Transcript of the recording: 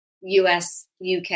US-UK